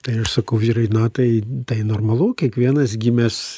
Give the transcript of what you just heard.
tai aš sakau vyrai na tai tai normalu kiekvienas gimęs